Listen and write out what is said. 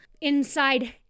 inside